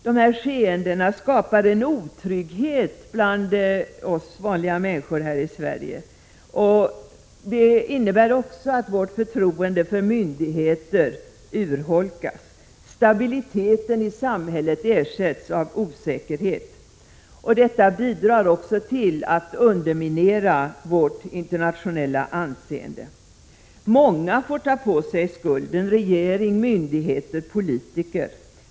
Dessa skeenden skapar en otrygghet bland oss vanliga människor här i Sverige. Det innebär också att vårt förtroende för myndigheter urholkas. Stabiliteten i samhället ersätts av osäkerhet. Allt detta bidrar också till att underminera vårt internationella anseende. Många får ta på sig skulden: regering, myndigheter, politiker.